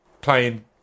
playing